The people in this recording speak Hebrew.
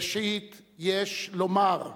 ראשית, יש לומר,